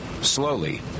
Slowly